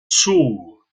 sourds